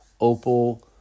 opal